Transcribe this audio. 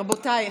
רבותיי,